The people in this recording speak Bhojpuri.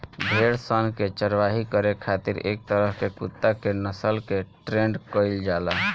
भेड़ सन के चारवाही करे खातिर एक तरह के कुत्ता के नस्ल के ट्रेन्ड कईल जाला